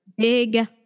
big